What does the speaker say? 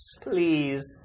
Please